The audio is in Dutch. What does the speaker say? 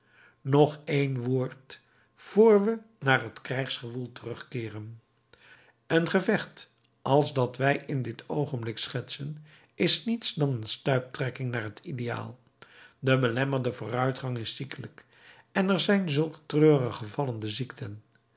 nog een woord vr we naar het krijgsgewoel terugkeeren een gevecht als dat wij in dit oogenblik schetsen is niets dan een stuiptrekking naar het ideaal de belemmerde vooruitgang is ziekelijk en er zijn zulke treurige vallende ziekten